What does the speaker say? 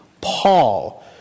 Paul